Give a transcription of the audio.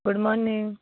good morning